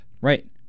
Right